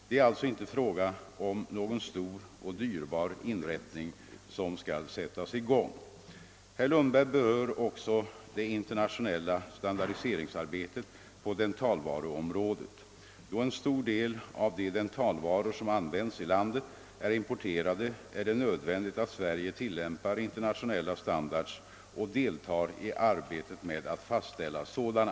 Det är alltså inte fråga om någon stor och dyrbar inrättning som skall sättas i gång. Herr Lundberg berör också det internationella standardiseringsarbetet på dentalvaruområdet. Då en stor del av de dentalvaror som används i landet är importerade är det nödvändigt att Sverige tillämpar internationella standards och deltar i arbetet med att fastställa sådana.